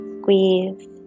squeeze